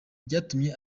byatumye